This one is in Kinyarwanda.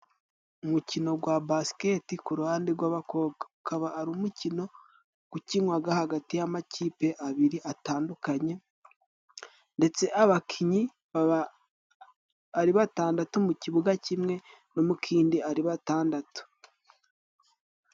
Umukino gwa basiketi ku ruhande rw'abakobwa. Ukaba ari umukino ukinwaga hagati y'amakipe abiri atandukanye. Ndetse abakinnyi baba ari batandatu, mu kibuga kimwe no mukindi ari batandatu.